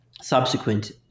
subsequent